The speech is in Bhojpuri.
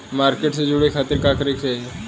मार्केट से जुड़े खाती का करे के चाही?